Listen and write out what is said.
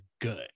good